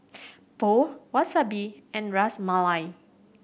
Pho Wasabi and Ras Malai